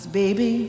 Baby